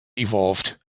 evolved